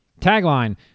Tagline